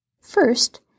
First